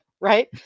Right